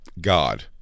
God